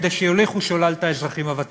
כדי שיוליכו שולל את האזרחים הוותיקים.